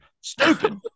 stupid